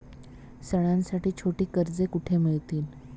सणांसाठी छोटी कर्जे कुठे मिळतील?